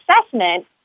assessment